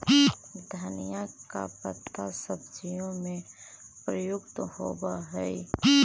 धनिया का पत्ता सब्जियों में प्रयुक्त होवअ हई